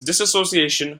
dissociation